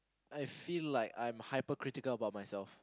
I feel like I am hypocritical about myself